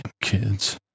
kids